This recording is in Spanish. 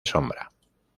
sombra